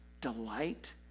delight